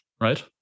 right